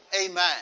Amen